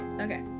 okay